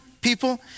people